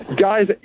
Guys